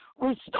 restore